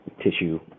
tissue